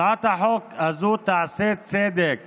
הצעת החוק הזאת תעשה צדק